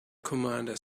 commander